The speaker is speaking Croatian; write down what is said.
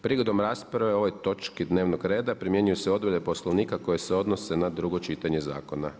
Prigodom rasprave o ovoj točki dnevnog reda primjenjuju se odredbe Poslovnika koje se odnose na drugo čitanje zakona.